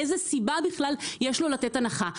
איזו סיבה בכלל יש לו לתת הנחה?